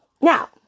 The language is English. Now